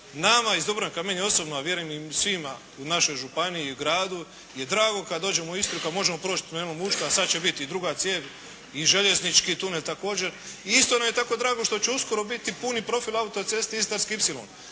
Nama iz Dubrovnika, meni osobno a vjerujem i svima u našoj županiji i gradu je drago kada dođemo u Istru, kada možemo proći tunelom Učka a sad će biti i druga cijev i željeznički tunel također. Isto nam je tako drago što će uskoro biti puni profil autoceste Istarski